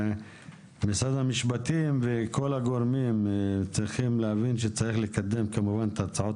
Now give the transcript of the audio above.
משרד המשפטים וכל הגורמים צריכים להבין שצריך לקדם כמובן את הצעות